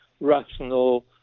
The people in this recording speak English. rational